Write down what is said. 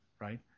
right